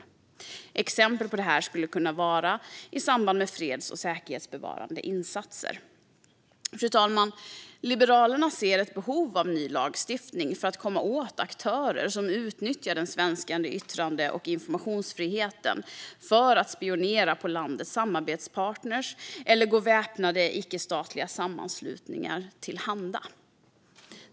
Ett exempel på när detta skulle kunna vara aktuellt är i samband med freds och säkerhetsbevarande insatser. Fru talman! Liberalerna ser ett behov av ny lagstiftning för att komma åt aktörer som utnyttjar den svenska yttrande och informationsfriheten för att spionera på landets samarbetspartner eller gå väpnade icke-statliga sammanslutningar till handa.